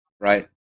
right